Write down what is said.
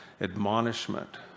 admonishment